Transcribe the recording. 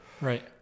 Right